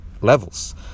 levels